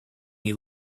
you